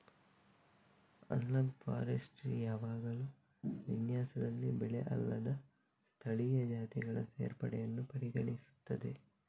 analogue forestry ಯಾವಾಗಲೂ ವಿನ್ಯಾಸದಲ್ಲಿ ಬೆಳೆ ಅಲ್ಲದ ಸ್ಥಳೀಯ ಜಾತಿಗಳ ಸೇರ್ಪಡೆಯನ್ನು ಪರಿಗಣಿಸುತ್ತದೆ